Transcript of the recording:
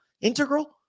Integral